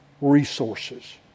resources